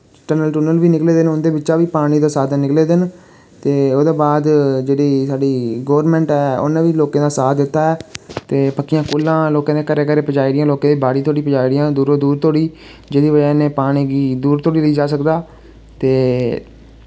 tunnel tunnel बी निकले दे न उं'दे बिच्चा बी पानी दा साधन निकले दे न ते ओह्दे बाद जेह्ड़ी साढ़ी गोरमैंट ऐ उ'न्न बी लोकें दा साथ दित्ता ऐ ते पक्कियां कूह्लां लोकें दे घरें घरें पजाई दियां लोकें दी बाड़ी धोड़ी पजाई दियां दूरो दूर धोड़ी जेह्दी वजह् कन्नै पानी कि दूर धोड़ी लेई जाया सकदा ते